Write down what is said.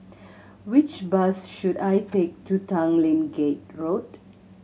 which bus should I take to Tanglin Gate Road